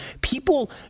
people